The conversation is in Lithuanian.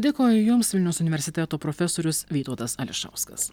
dėkoju jums vilniaus universiteto profesorius vytautas ališauskas